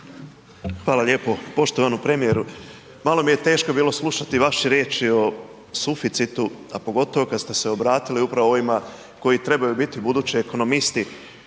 Hvala lijepo. Poštovani premijeru, malo mi je teško bilo slušati vaše riječi o suficitu a pogotovo kada ste se obratili upravo ovima koji trebaju biti budući ekonomisti.